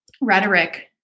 rhetoric